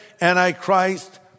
Antichrist